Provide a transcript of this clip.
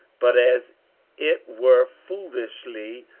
but as it were foolishly,